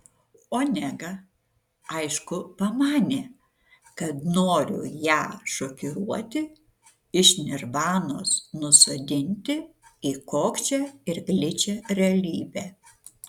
onega aišku pamanė kad noriu ją šokiruoti iš nirvanos nusodinti į kokčią ir gličią realybę